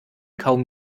kaum